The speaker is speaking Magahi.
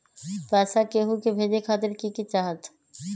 पैसा के हु के भेजे खातीर की की चाहत?